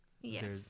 Yes